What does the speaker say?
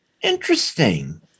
Interesting